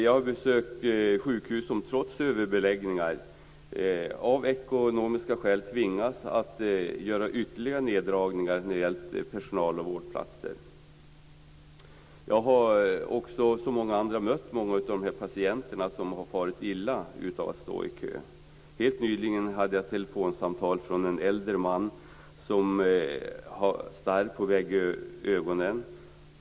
Jag har besökt sjukhus som trots överbeläggningar tvingas att göra ytterligare neddragningar av personal och vårdplatser av ekonomiska skäl. Jag har som många andra också mött många av de patienter som har farit illa av att stå i kö. Helt nyligen fick jag telefonsamtal från en äldre man som har starr på bägge ögonen.